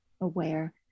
aware